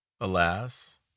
alas